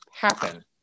happen